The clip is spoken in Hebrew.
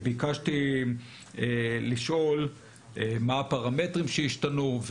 ביקשתי לשאול מה הפרמטרים שהשתנו,